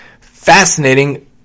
Fascinating